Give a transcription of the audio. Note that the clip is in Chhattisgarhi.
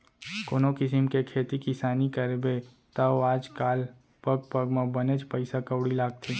कोनों किसिम के खेती किसानी करबे तौ आज काल पग पग म बनेच पइसा कउड़ी लागथे